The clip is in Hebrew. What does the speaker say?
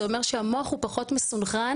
זה אומר שהמוח הוא פחות מסונכרן.